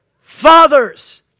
Fathers